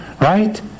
right